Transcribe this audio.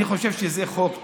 אני חושב שזה חוק טוב,